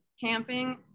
camping